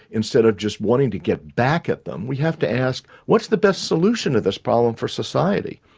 instead of just wanting to get back at them, we have to ask what is the best solution to this problem for society?